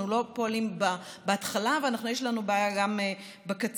אנחנו לא פועלים בהתחלה ויש לנו בעיה גם בקצה.